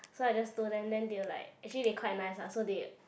so I just told them then they were like actually they quite nice ah so they